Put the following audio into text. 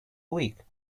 week